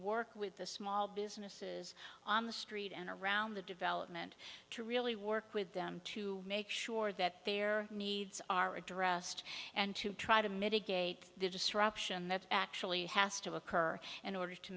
work with the small businesses on the street and around the development to really work with them to make sure that their needs are addressed and to try to mitigate the disruption that actually has to occur in order to